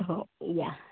हो या